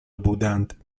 بودند